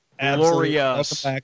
Glorious